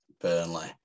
Burnley